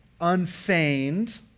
unfeigned